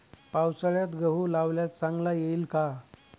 पावसाळ्यात गहू लावल्यास चांगला येईल का?